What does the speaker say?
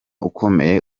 ukomeye